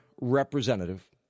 Representative